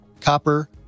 copper